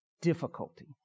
difficulty